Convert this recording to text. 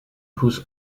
whose